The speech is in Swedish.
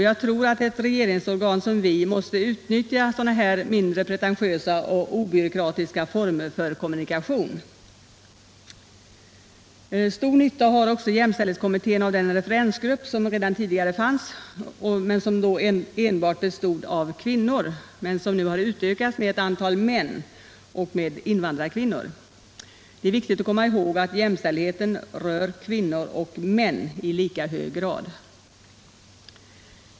Jag tror att ett regeringsorgan som vi måste utnyttja sådana mindre pretentiösa och obyråkratiska former för kommunikation. Stor nytta har jämställdhetskommittén också av den referensgrupp som redan tidigare fanns och då enbart bestod av kvinnor men nu har utökats med ett antal män och med invandrarkvinnor. Det är ju viktigt att komma ihåg att jämställdheten rör kvinnor och män i lika hög grad!